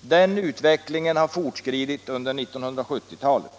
Den utvecklingen har fortskridit under 1970-talet.